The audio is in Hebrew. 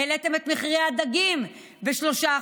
העליתם את מחירי הדגים ב-3%.